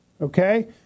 okay